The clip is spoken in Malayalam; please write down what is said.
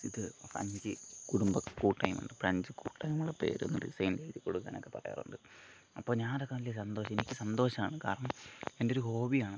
ഇത് പ്രാഞ്ചി കുടുംബകൂട്ടായ്മ ഉണ്ട് പ്രാഞ്ച് കൂട്ടായ്മയുടെ പേരൊന്ന് ഡിസൈൻ എഴുതികൊടുക്കാൻ ഒക്കെ പറയാറുണ്ട് അപ്പോൾ ഞാൻ അത് വലിയ സന്തോഷം എനിക്ക് സന്തോഷമാണ് കാരണം എൻറ്റൊരു ഹോബ്ബി ആണത്